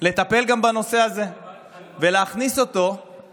לטפל גם בנושא הזה ולהכניס אותו למשרד החינוך.